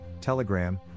Telegram